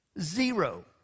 Zero